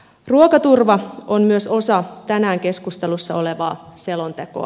ruokaturva on myös osa tänään keskustelussa olevaa selontekoa